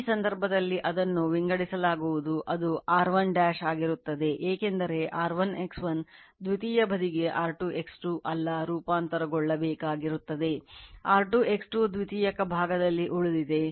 ಈ ಸಂದರ್ಭದಲ್ಲಿ ಅದನ್ನು ವಿಂಗಡಿಸಲಾಗುವುದು ಅದು R1 ಆಗಿರುತ್ತದೆ ಏಕೆಂದರೆ R1 X1 ದ್ವಿತೀಯ ಬದಿಗೆ R2 X2 ಅಲ್ಲ ರೂಪಾಂತರಗೊಳ್ಳಬೇಕಾಗಿರುತ್ತದೆ R2 X2 ದ್ವಿತೀಯಕ ಭಾಗದಲ್ಲಿ ಉಳಿದಿದೆ